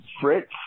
Fritz